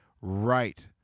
right